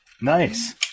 Nice